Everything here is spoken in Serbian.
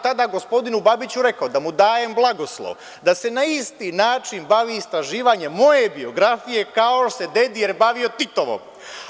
Tada sam gospodinu Babiću rekao, da mu dajem blagoslov da se na isti način bavi istraživanjem moje biografije kao što se Dedijer bavio Titovom.